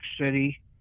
City